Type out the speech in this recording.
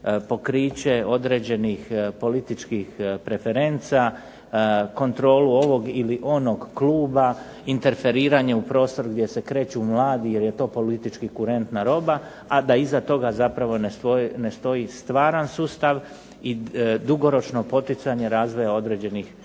pokriće određenih političkih preferenca, kontrolu ovog ili onog kluba, interferiranje u prostor gdje se kreću mladi jer je to politički kurentna roba, a da iza toga zapravo ne stoji stvaran sustav i dugoročno poticanje razvoja određenih